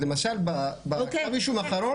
למשל בכתב האישום האחרון